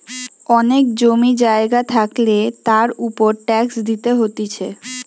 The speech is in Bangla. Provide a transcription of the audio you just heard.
অনেক জমি জায়গা থাকলে তার উপর ট্যাক্স দিতে হতিছে